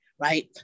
Right